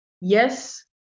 yes